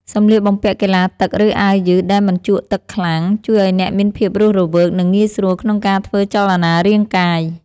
សម្លៀកបំពាក់កីឡាទឹក ឬអាវយឺតដែលមិនជក់ទឹកខ្លាំង ជួយឱ្យអ្នកមានភាពរស់រវើក និងងាយស្រួលក្នុងការធ្វើចលនារាងកាយ។